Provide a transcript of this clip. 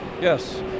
Yes